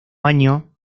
año